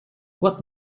what